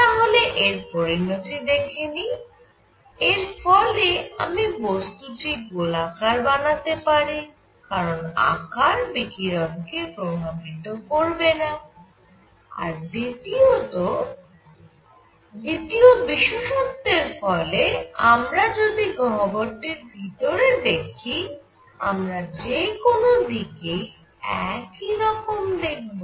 তাহলে এর পরিণতি দেখে নিই এর ফলে আমি বস্তুটি গোলাকার বানাতে পারি কারণ আকার বিকিরণ কে প্রভাবিত করবেনা আর দ্বিতীয় বিশেষত্বের ফলে আমরা যদি গহ্বরটির ভিতরে দেখি আমরা যে কোন দিকেই একইরকম দেখব